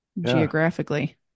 geographically